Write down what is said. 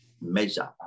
measure